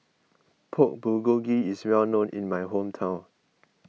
Pork Bulgogi is well known in my hometown